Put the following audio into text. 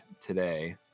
today